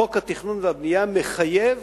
חוק התכנון והבנייה מחייב